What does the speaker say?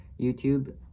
YouTube